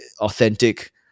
authentic